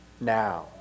now